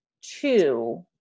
two